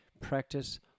Practice